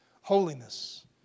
Holiness